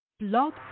Blog